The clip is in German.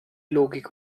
logik